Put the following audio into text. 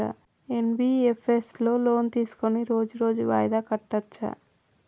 NBFS లో loan తీస్కొని రోజు రోజు వాయిదా కట్టచ్ఛా?